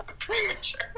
Premature